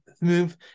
move